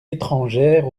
étrangère